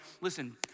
Listen